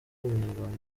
umunyarwanda